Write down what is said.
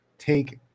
Take